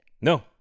No